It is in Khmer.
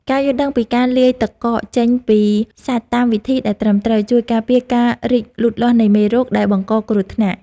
ការយល់ដឹងពីការរលាយទឹកកកចេញពីសាច់តាមវិធីដែលត្រឹមត្រូវ ជួយការពារការរីកលូតលាស់នៃមេរោគដែលបង្កគ្រោះថ្នាក់។